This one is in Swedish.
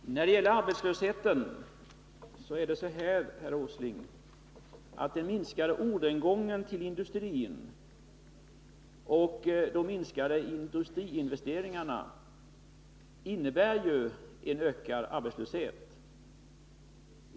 Herr talman! När det gäller arbetslösheten är det så, herr Åsling, att den minskade orderingången till industrin och de minskade industriinvesteringarna innebär en ökad arbetslöshet.